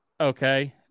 Okay